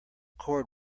cord